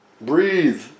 Breathe